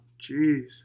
Jeez